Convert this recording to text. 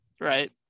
right